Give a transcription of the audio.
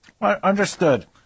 Understood